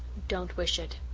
don't wish it.